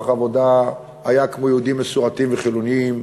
העבודה היה כמו של יהודים מסורתיים וחילונים,